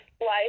life